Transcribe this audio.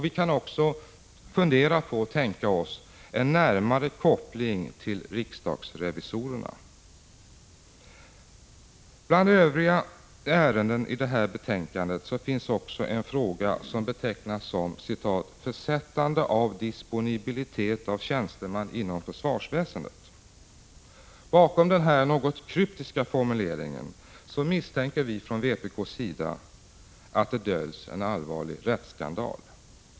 Vi kan också tänka oss en närmare koppling till riksdagsrevisorerna. Bland övriga ärenden i detta betänkande finns också en fråga som betecknas som ”försättande av disponibilitet av tjänsteman inom försvarsväsendet”. Bakom den här något kryptiska formuleringen misstänker vi från vpk att det döljs en allvarlig rättsskandal.